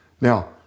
Now